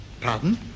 Pardon